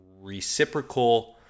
reciprocal